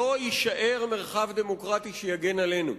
לא יישאר מרחב דמוקרטי שיגן עלינו.